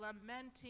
lamenting